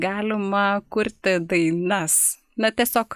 galima kurti dainas na tiesiog